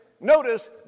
notice